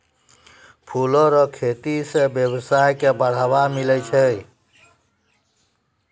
फूलो रो खेती से वेवसाय के बढ़ाबा मिलै छै